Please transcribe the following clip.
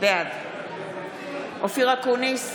בעד אופיר אקוניס,